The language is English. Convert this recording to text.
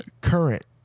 current